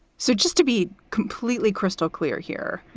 so just to be completely crystal clear here,